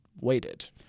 waited